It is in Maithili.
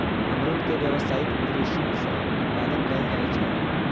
अमरूद के व्यावसायिक दृषि सं उत्पादन कैल जाइ छै